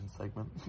segment